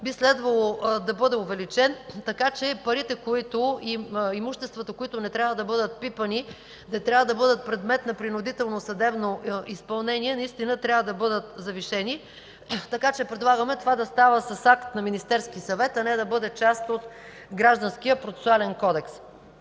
би следвало да бъде увеличен, така че имуществата, които не трябва да бъдат пипани, не трябва да бъдат предмет на принудително съдебно изпълнение, наистина трябва да бъдат завишени. Така че предлагаме това да става с акт на Министерския съвет, а не да бъде част от Гражданския процесуален кодекс.